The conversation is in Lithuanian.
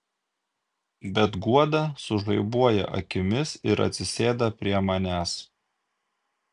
bet guoda sužaibuoja akimis ir atsisėda prie manęs